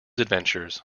adventures